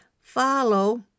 follow